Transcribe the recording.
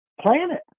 planet